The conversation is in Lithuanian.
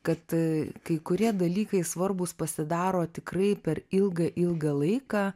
kad kai kurie dalykai svarbūs pasidaro tikrai per ilgą ilgą laiką